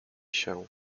się